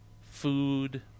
food